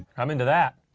i'm into that,